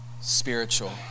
spiritual